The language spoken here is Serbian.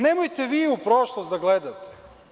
Nemojte vi u prošlost da gledate.